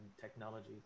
technology